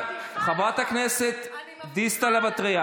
יש דברים שמאפשרים, אל תתעמרו בנו.